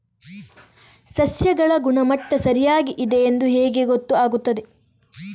ಸಸ್ಯಗಳ ಗುಣಮಟ್ಟ ಸರಿಯಾಗಿ ಇದೆ ಎಂದು ಹೇಗೆ ಗೊತ್ತು ಆಗುತ್ತದೆ?